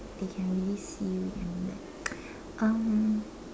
they can really see red and black um